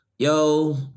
Yo